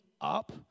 up